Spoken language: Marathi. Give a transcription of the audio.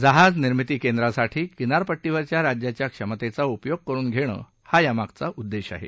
जहाज निर्मिती केंद्रासाठी किनारपट्टीवरच्या राज्याच्या क्षमतेचा उपयोग करुन घेणं हा यामागचा उद्देश आहे